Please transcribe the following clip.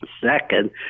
second